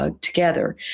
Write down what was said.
Together